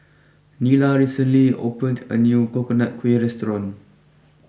Nila recently opened a new Coconut Kuih restaurant